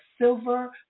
Silver